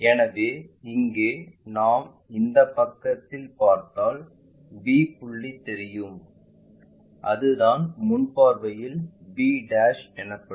எனவே இங்கே நாம் இந்தப் பக்கத்திலிருந்து பார்த்தால் b புள்ளி தெரியும் அது தான் முன் பார்வையில் b எனப்படும்